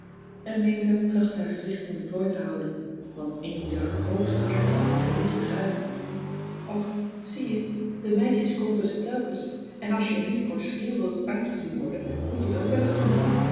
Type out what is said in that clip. en meta trachtte haar gezicht in de plooi te houden want amy zag er hoogst ernstig en gewichtig uit och zie je de meisjes koopen ze telkens en als je niet voor schriel wilt aangezien worden moet je het ook wel's doen